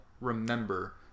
remember